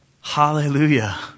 Hallelujah